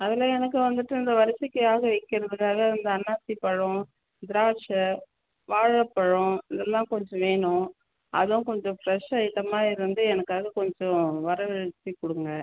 அதில் எனக்கு வந்துவிட்டு இந்த வரிசைக்காக வெக்கிறத்துக்காக இந்த அன்னாசிப்பழம் திராட்சை வாழைப்பழம் இதெல்லாம் கொஞ்சம் வேணும் அதான் கொஞ்சம் ஃபிரெஷ் ஐட்டமாக இருந்து எனக்காக கொஞ்சம் வரவழைச்சு கொடுங்க